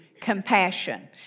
compassion